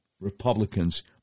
Republicans